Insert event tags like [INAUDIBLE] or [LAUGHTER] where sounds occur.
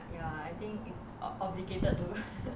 ya I think err obligated to [LAUGHS]